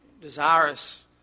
desirous